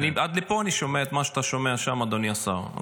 עד לפה אני שומע את מה שאתה שומע שם, אדוני השר.